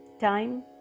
time